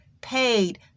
paid